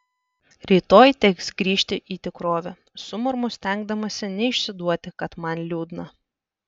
rytoj teks grįžti į tikrovę sumurmu stengdamasi neišsiduoti kad man liūdna